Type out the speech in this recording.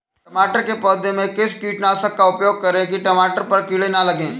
टमाटर के पौधे में किस कीटनाशक का उपयोग करें कि टमाटर पर कीड़े न लगें?